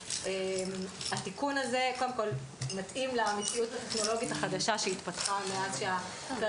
התיקון הזה מתאים לנוחיות הטכנולוגית החדשה שהתפתחה מאז אבל